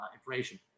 information